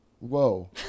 Whoa